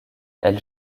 elle